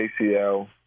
ACL